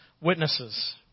witnesses